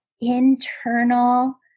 internal